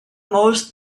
most